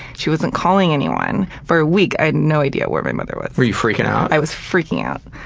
she wasn't calling anyone. for a week, i had no idea where my mother was. were you freaking out? i was freaking out.